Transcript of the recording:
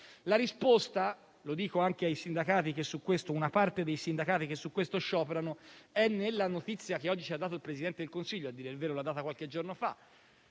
La risposta - lo dico anche a una parte dei sindacati che per questo scioperano - è nella notizia che oggi ci ha dato il Presidente del Consiglio - a dire il vero, l'ha data qualche giorno fa